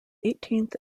eighteenth